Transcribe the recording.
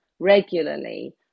regularly